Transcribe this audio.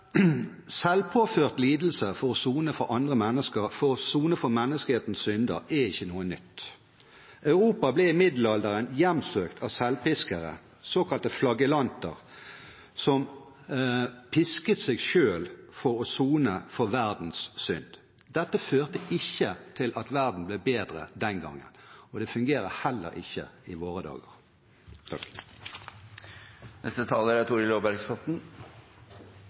Selvpåført lidelse for å sone for menneskehetens synder er ikke noe nytt. Europa ble i middelalderen hjemsøkt av selvpiskere, såkalte flagellanter, som pisket seg selv for å sone for verdens synd. Dette førte ikke til at verden ble bedre den gangen, og det fungerer heller ikke i våre dager. Det oppleves ganske spesielt å stå på Stortingets talerstol og diskutere forslag om nedleggelse av Norges største og viktigste næring. Derfor er